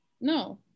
No